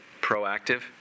proactive